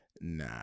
Nah